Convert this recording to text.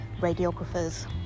radiographers